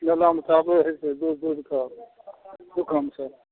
मेलामे तऽआबै हेतै दूर दूर कऽ दुकान सभ